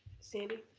sandy